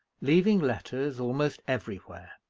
leaving letters almost everywhere.